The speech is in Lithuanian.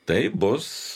tai bus